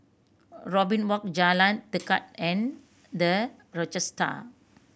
Robin Walk Jalan Tekad and The Rochester